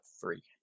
three